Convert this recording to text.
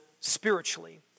spiritually